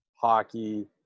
hockey